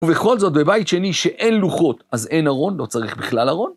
ובכל זאת בבית שני שאין לוחות, אז אין ארון, לא צריך בכלל ארון.